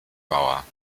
bauer